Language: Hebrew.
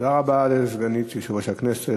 תודה רבה לסגנית יושב-ראש הכנסת,